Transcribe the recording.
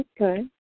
Okay